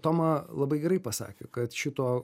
toma labai gerai pasakė kad šito